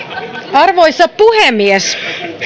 arvoisa puhemies